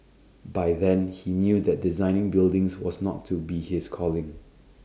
by then he knew that designing buildings was not to be his calling